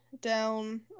down